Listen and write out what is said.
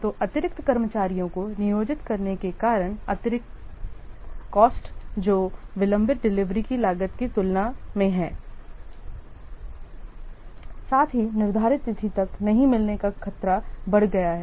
तो अतिरिक्त कर्मचारियों को नियोजित करने के कारण अतिरिक्त कॉस्ट जो विलंबित डिलीवरी की लागत की तुलना में है साथ ही निर्धारित तिथि तक नहीं मिलने का खतरा बढ़ गया है